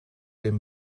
dem